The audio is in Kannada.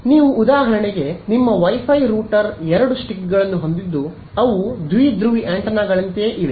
ಆದ್ದರಿಂದ ನೀವು ಉದಾಹರಣೆಗೆ ನಿಮ್ಮ ವೈ ಫೈ ರೂಟರ್ ಎರಡು ಸ್ಟಿಕ್ಗಳನ್ನು ಹೊಂದಿದ್ದು ಅವು ದ್ವಿಧ್ರುವಿ ಆಂಟೆನಾಗಳಂತೆಯೇ ಇವೆ